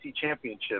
championship